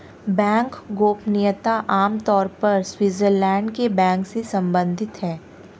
bank गोपनीयता आम तौर पर स्विटज़रलैंड के बैंक से सम्बंधित है